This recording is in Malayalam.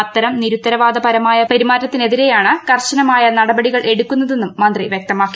അത്തരം നിരുത്തരവാദപരമായ പെരുമാറ്റത്തിനെതിരേയാണ് കർശനമായ നടപടികളെടുക്കുന്നതെന്നും മന്ത്രി വ്യക്തമാക്കി